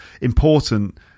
important